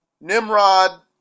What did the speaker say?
Nimrod